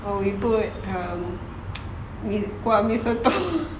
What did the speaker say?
or we put um kuah mi soto